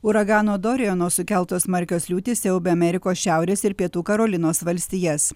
uragano doriano sukeltos smarkios liūtys siaubia amerikos šiaurės ir pietų karolinos valstijas